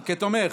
כתומך.